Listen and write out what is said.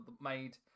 made